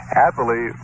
happily